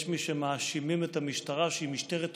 יש מי שמאשימים את המשטרה שהיא "משטרת אוחנה"